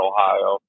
Ohio